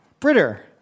Britter